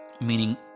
meaning